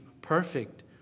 perfect